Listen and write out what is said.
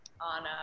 on